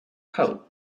coat